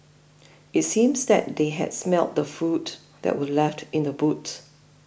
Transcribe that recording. it seemed that they had smelt the food that were left in the boot